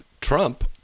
Trump